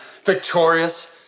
Victorious